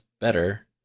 better